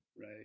Right